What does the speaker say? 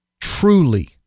truly